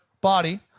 body